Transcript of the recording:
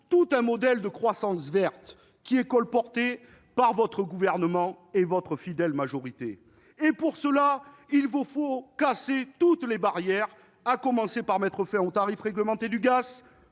tout un modèle de « croissance verte » qui est colporté par le Gouvernement et sa fidèle majorité. Mais, pour cela, il vous faut casser toutes les barrières, en commençant par mettre fin aux tarifs réglementés du gaz,